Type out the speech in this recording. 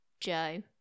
joe